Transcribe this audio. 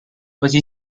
così